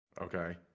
Okay